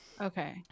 Okay